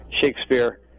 Shakespeare